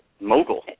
mogul